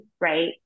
right